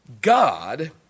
God